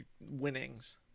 winnings